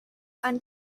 and